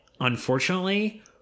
unfortunately